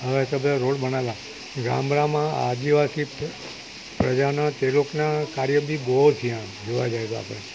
હવે તો બધા રોડ બનેલા ગામડામાં આદિવાસી પ્રજાના તે લોકના કાર્ય બી બહુ થયા જોવા જઈએ તો આપણે